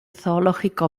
zoológico